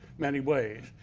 many ways.